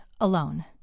alone